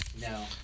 No